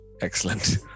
excellent